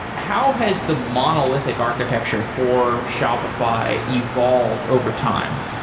how has the monolithic architecture for shopify evolved overtime?